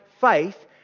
faith